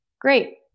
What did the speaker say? great